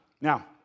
Now